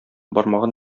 бармагын